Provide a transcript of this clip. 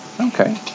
okay